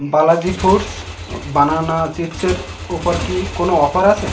Balaji foods banana চিপ্সের উপর কি কোনো অফার আছে